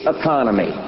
economy